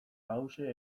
hauxe